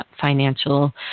financial